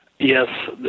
Yes